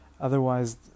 otherwise